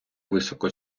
високо